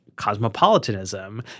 cosmopolitanism